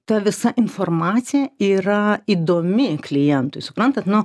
ta visa informacija yra įdomi klientui suprantat nu